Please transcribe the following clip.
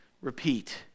repeat